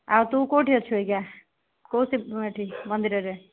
ଆଉ ତୁ କେଉଁଠି ଅଛୁ ଅବିକା କେଉଁ ଶିବ ଏଠି ମନ୍ଦିରରେ